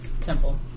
temple